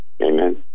Amen